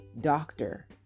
doctor